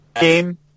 game